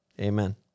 amen